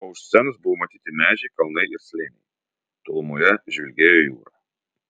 o už scenos buvo matyti medžiai kalnai ir slėniai tolumoje žvilgėjo jūra